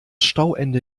stauende